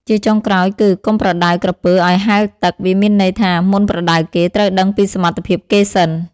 ជាចុងក្រោយគឹ កុំប្រដៅក្រពើឪ្យហែលទឹក វាមានន័យថា មុនប្រដៅគេ ត្រូវដឹងពីសមត្ថភាពគេសិន ។